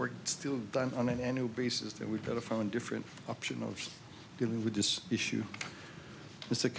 work still done on an annual basis then we've got a phone different option of dealing with this issue it's a